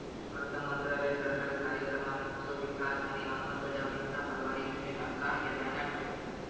अर्थमंत्रालय सरकारी कार्यक्रमांचो विकास आणि अंमलबजावणीचा प्रभारी युनिट आसा, ह्या ध्यानात ठेव